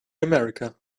america